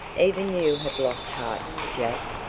even you have lost heart, jack,